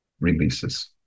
releases